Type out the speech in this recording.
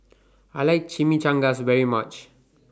I like Chimichangas very much